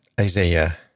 Isaiah